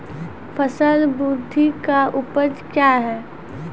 फसल बृद्धि का उपाय क्या हैं?